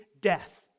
death